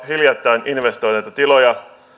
hiljattain investoineita tiloja